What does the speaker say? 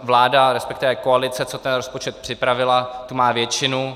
Vláda, resp. koalice, která rozpočet připravila, má většinu.